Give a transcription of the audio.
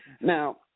Now